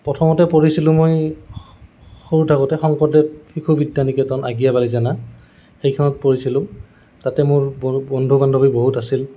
প্ৰথমতে পঢ়িছিলোঁ মই সৰু থাকোঁতে শংকৰদেৱ শিশু বিদ্য়া নিকেতন আগিয়াবালি জানা সেইখনত পঢ়িছিলোঁ তাতে মোৰ বন্ধু বান্ধৱী বহুত আছিল